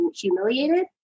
humiliated